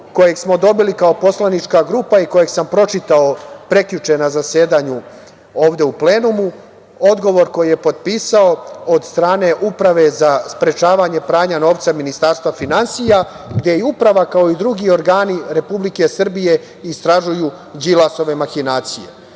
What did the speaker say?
koji smo dobili kao poslanička grupa, i koji sam pročitao prekjuče na zasedanju ovde u plenumu, odgovor koji je potpisao od strane Uprave za sprečavanje novca, Ministarstva finansija, gde je Uprava kao i drugi organi Republike Srbije istražuju Đilasove mahinacije.S